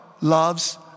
loves